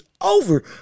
over